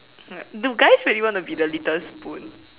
ya do guys really want to be the little spoon